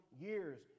years